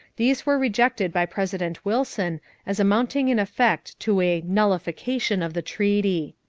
these were rejected by president wilson as amounting in effect to a nullification of the treaty.